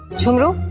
jhumru!